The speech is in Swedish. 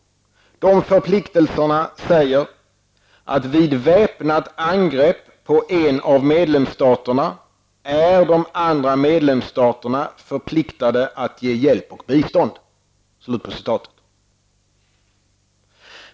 De förpliktelserna säger att vid väpnat angrepp på en av medlemsstaterna är de andra medlemsstaterna förpliktade att ge hjälp och bistånd.